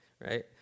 right